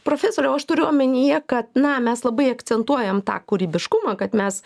profesoriau aš turiu omenyje kad na mes labai akcentuojam tą kūrybiškumą kad mes